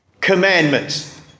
commandments